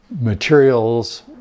materials